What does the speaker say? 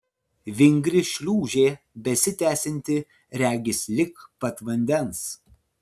vingri šliūžė besitęsianti regis lig pat vandens